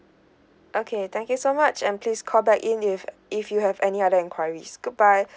okay thank you so much and please call back in if if you have any other enquiries goodbye